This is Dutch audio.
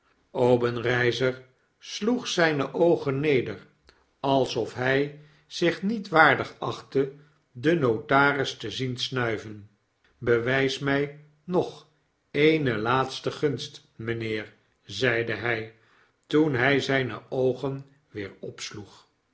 obenreizer sloeg zijne oogen neder alsof hij zich niet waardig achtte den notaris te zien snuiven bewijs mij nog e'ene laatste gunst mijnheer zeide hij toen hij zijne oogen weer opsloeg